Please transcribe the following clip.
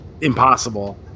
impossible